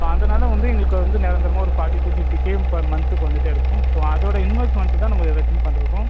so அதனால் வந்து எங்களுக்கு வந்து நிரந்தரமா ஒரு forty to fifty K per மன்த்துக்கு வந்துகிட்டேருக்கும் ஸோ அதோடய இன்வெஸ்மெண்ட்டு தான் நம்ம இதில் பண்ணிருக்கோம்